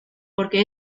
porque